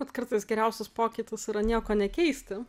vat kartais geriausias pokytis yra nieko nekeisti